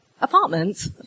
apartments